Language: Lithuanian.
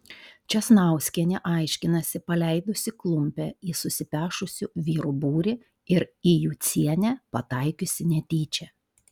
česnauskienė aiškinasi paleidusi klumpe į susipešusių vyrų būrį ir į jucienę pataikiusi netyčia